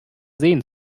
sehen